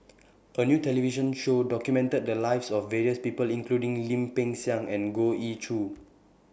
A New television Show documented The Lives of various People including Lim Peng Siang and Goh Ee Choo